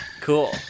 Cool